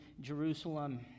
Jerusalem